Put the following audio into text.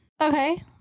okay